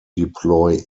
deploy